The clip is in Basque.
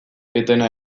etena